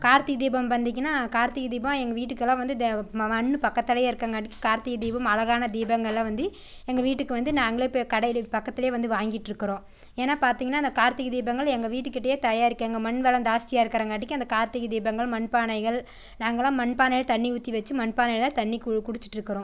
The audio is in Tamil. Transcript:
கார்த்திகை தீபம் வந்துச்சுன்னா கார்த்திகை தீபம் எங்கள் வீட்டுக்கெல்லாம் வந்து த மண்ணு பக்கத்துலயே இருக்கங்காட்டிக்கு கார்த்திகை தீபம் அழகான தீபங்கள் எல்லாம் வந்து எங்கள் வீட்டுக்கு வந்து நாங்களே போய் கடைகள் பக்கத்துலையே வந்து வாங்கிட்டுருக்குறோம் ஏன்னா பார்த்திங்கன்னா அந்த கார்த்திகை தீபங்கள் எங்கள் வீட்டுகிட்டயே தயாரிக்க அங்கே மண்வளம் ஜாஸ்தியாக இருக்கிறங்காட்டிக்கும் அந்த கார்த்திகை தீபங்கள் மண்பானைகள் நாங்கள்லாம் மண்பானையில் தண்ணி ஊற்றி வச்சு மண்பானையில் தான் தண்ணி கு குடிச்சிட்டுருக்குறோம்